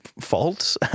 fault